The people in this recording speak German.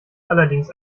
allerdings